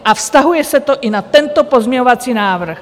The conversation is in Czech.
A vztahuje se to i na tento pozměňovací návrh.